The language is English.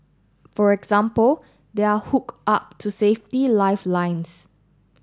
for example they are hooked up to safety lifelines